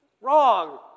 Wrong